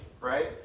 right